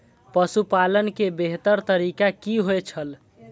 पशुपालन के बेहतर तरीका की होय छल?